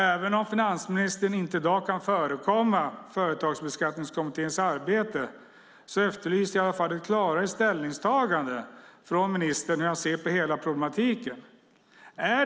Även om finansministern i dag inte kan förekomma Företagsbeskattningskommitténs arbete efterlyser jag ett klarare ställningstagande från ministern om hur han ser på hela problematiken.